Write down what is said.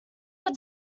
were